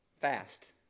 fast